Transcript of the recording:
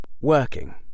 working